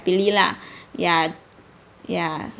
happily lah ya ya